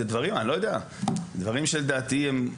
אני לא יודע, זה דברים שלדעתי הם ---.